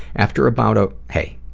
after about hey,